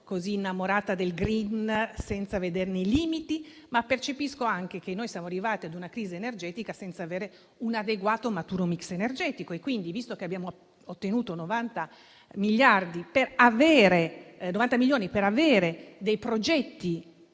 così innamorata del *green* da non vederne i limiti - ma percepisco anche che siamo arrivati a una crisi energetica senza avere un adeguato e maturo *mix* energetico. Visto che abbiamo ottenuto 90 milioni per avere dei progetti